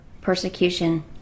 persecution